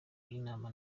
inama